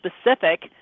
specific